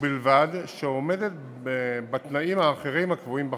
ובלבד שהיא עומדת בתנאים האחרים הקבועים בחוק.